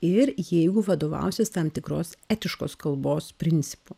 ir jeigu vadovausies tam tikros etiškos kalbos principu